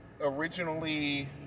originally